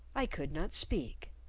i could not speak.